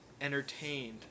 entertained